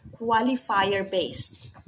qualifier-based